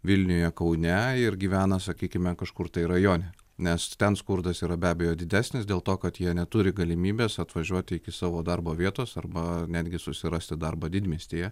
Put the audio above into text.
vilniuje kaune ir gyvena sakykime kažkur tai rajone nes ten skurdas yra be abejo didesnis dėl to kad jie neturi galimybės atvažiuoti iki savo darbo vietos arba netgi susirasti darbą didmiestyje